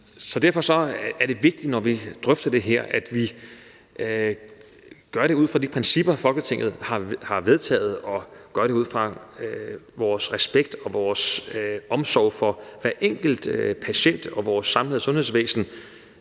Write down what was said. Så derfor er det vigtigt, når vi drøfter det her, at vi gør det ud fra de principper, Folketinget har vedtaget, og gør det ud fra vores respekt og vores omsorg for hver enkelt patient og vores samlede sundhedsvæsen,